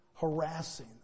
harassing